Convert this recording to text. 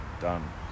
Done